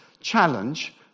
challenge